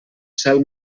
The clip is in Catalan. cel